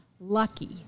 Lucky